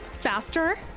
faster